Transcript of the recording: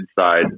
inside